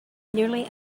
nearly